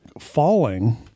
falling